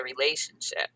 relationship